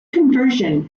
conversion